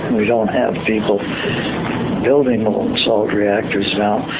we don't have people building molten salt reactors now.